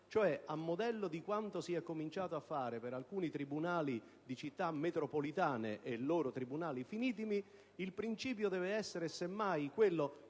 A modello di quanto si è cominciato a fare per alcuni tribunali di città metropolitane e per i loro tribunali finitimi, il principio deve essere non quello